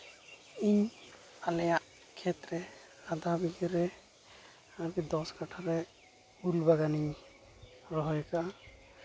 ᱤᱧ ᱟᱞᱮᱭᱟᱜ ᱠᱷᱮᱛ ᱨᱮ ᱟᱫᱷᱟ ᱵᱤᱜᱷᱟᱹᱨᱮ ᱟᱨᱠᱤ ᱫᱚᱥ ᱠᱟᱴᱷᱟ ᱨᱮ ᱩᱞ ᱵᱟᱜᱟᱱᱤᱧ ᱨᱚᱦᱚᱭ ᱠᱟᱜᱼᱟ